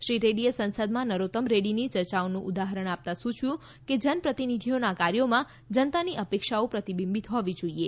શ્રી રેડ્ડીએ સંસદમાં નરોત્તમ રેડ્ડીની ચર્ચાઓનું ઉદાહરણ આપતા સૂયવ્યું કે જન પ્રતિનિધીઓનાં કાર્યોમાં જનતાની અપેક્ષાઓ પ્રતિબિંબિત હોવી જોઇએ